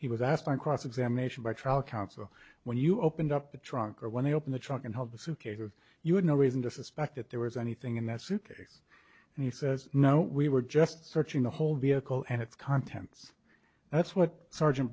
he was asked by cross examination by trial counsel when you opened up the trunk or when they open the trunk and held the suitcase of you had no reason to suspect that there was anything in that suitcase and he says no we were just searching the whole vehicle and it's contents that's what sergeant